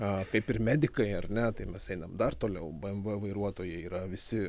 a kaip ir medikai ar ne tai mes einam dar toliau bmw vairuotojai yra visi